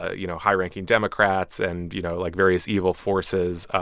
ah you know, high-ranking democrats and, you know, like, various evil forces,